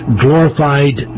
glorified